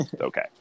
okay